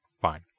fine